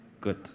good